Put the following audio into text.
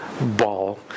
ball